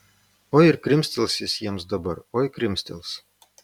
oi ir krimstels jis jiems dabar oi krimstels